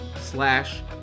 slash